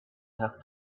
have